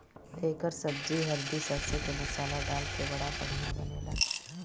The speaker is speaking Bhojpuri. एकर सब्जी हरदी सरसों के मसाला डाल के बड़ा बढ़िया बनेला